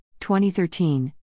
2013